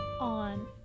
on